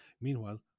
Meanwhile